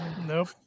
nope